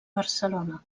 barcelona